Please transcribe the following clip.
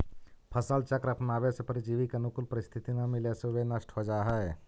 फसल चक्र अपनावे से परजीवी के अनुकूल परिस्थिति न मिले से वे नष्ट हो जाऽ हइ